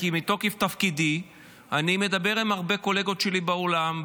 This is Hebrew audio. כי מתוקף תפקידי אני מדבר עם הרבה קולגות שלי בעולם,